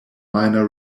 minor